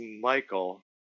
Michael